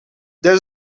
there